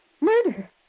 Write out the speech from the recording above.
Murder